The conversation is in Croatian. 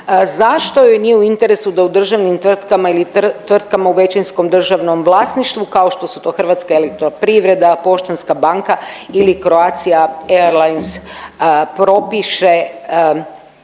zašto joj nije u interesu da u državnim tvrtkama ili tvrtkama u većinskom državnom vlasništvu kao što su to HEP, Poštanska banka ili Croatia airlines, propiše